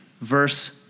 verse